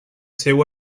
seu